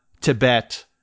Tibet